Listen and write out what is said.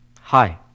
Hi